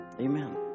Amen